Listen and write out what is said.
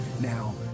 Now